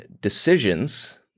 decisions